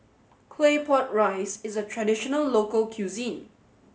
Claypot Rice is a traditional local cuisine